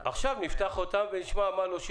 החוק הקודם אמר עד 200 קילו, לא 200 ליטר.